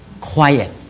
quiet